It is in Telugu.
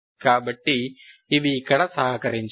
కాబట్టి ఇవి ఇక్కడ సహకరించవు